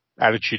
attitude